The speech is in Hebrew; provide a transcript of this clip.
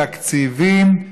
תקציבים,